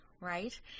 right